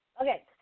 Okay